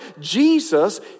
Jesus